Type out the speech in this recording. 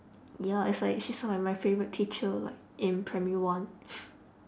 ya it's like she's like my favourite teacher like in primary one